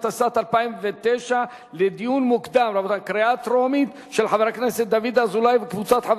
להכנתה לקריאה שנייה ושלישית לוועדת העבודה,